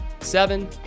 seven